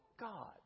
God